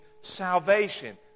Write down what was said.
salvation